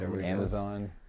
amazon